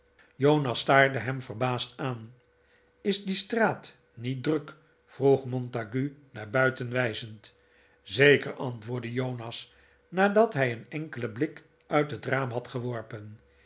jonas staarde hem verbaasd aan is die straat niet druk vroeg montague naar buiten wijzend zeker antwoordde jonas nadat hij een enkelen blik uit het raam had geworpen